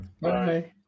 Bye